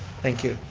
thank you.